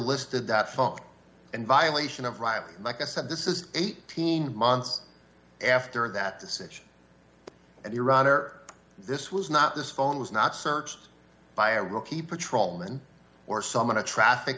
listed that phone in violation of reilly like i said this is eighteen months after that decision and your honor this was not this phone was not searched by a rookie patrolman or someone a traffic